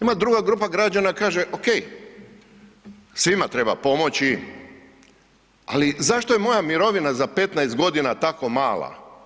Ima druga grupa građana kaže okej, svima treba pomoći, ali zašto je moja mirovina za 15.g. tako mala?